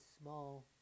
small